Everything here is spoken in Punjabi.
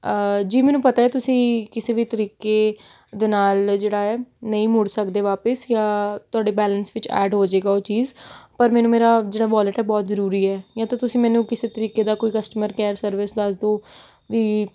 ਜੀ ਮੈਨੂੰ ਪਤਾ ਤੁਸੀਂ ਕਿਸੇ ਵੀ ਤਰੀਕੇ ਦੇ ਨਾਲ ਜਿਹੜਾ ਹੈ ਨਹੀਂ ਮੁੜ ਸਕਦੇ ਵਾਪਸ ਜਾਂ ਤੁਹਾਡੇ ਬੈਲੈਂਸ ਵਿੱਚ ਐਡ ਹੋ ਜਾਵੇਗਾ ਉਹ ਚੀਜ਼ ਪਰ ਮੈਨੂੰ ਮੇਰਾ ਜਿਹੜਾ ਵੋਲਟ ਆ ਬਹੁਤ ਜ਼ਰੂਰੀ ਹੈ ਜਾਂ ਤਾਂ ਤੁਸੀਂ ਮੈਨੂੰ ਕਿਸੇ ਤਰੀਕੇ ਦਾ ਕੋਈ ਕਸਟਮਰ ਕੈਬ ਸਰਵਿਸ ਦੱਸ ਦਿਉ ਵੀ